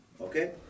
Okay